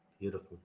Beautiful